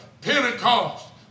Pentecost